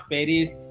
Paris